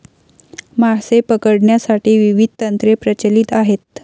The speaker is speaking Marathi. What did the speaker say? मासे पकडण्यासाठी विविध तंत्रे प्रचलित आहेत